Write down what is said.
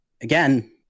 again